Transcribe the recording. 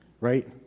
Right